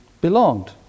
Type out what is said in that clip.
belonged